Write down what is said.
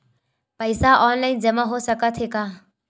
पईसा ऑनलाइन जमा हो साकत हे का?